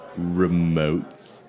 remotes